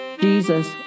Jesus